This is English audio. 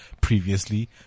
previously